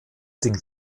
den